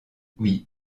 oui